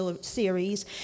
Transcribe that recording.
series